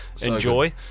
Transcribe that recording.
enjoy